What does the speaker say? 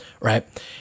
right